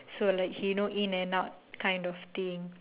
so like he know in and out kind of thing